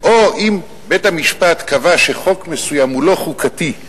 או אם בית-המשפט קבע שחוק מסוים לא חוקתי,